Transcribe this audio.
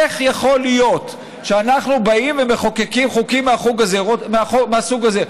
איך יכול להיות שאנחנו באים ומחוקקים חוקים מהסוג הזה?